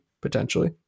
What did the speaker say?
potentially